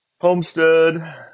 Homestead